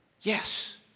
Yes